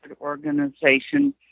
organization